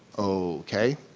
okay,